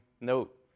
note